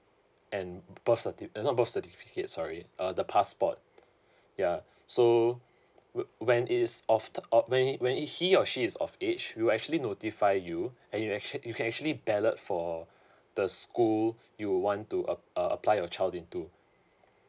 and birth certi~ uh not birth certificate sorry uh the passport ya so whe~ when is of th~ of when is when is he or she is of age we will actually notify you and you actua~ you can actually ballot for the school you want to ap~ uh apply your child into